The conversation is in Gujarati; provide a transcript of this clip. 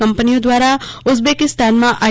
કંપનીઓ દ્વારા ઉઝબેકીસ્તાનમાં આઇ